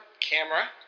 Camera